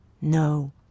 No